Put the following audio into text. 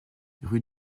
rue